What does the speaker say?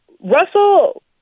Russell